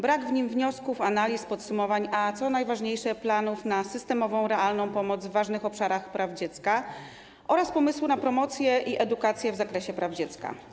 Brak w nim wniosków, analiz, podsumowań, a co najważniejsze - planów na systemową, realną pomoc w ważnych obszarach praw dziecka oraz pomysłu na promocję i edukację w zakresie praw dziecka.